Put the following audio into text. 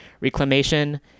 reclamation